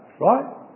right